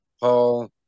Paul